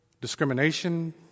discrimination